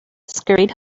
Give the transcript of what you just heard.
scurried